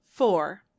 four